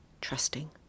trusting